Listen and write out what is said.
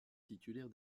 titulaire